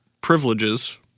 privileges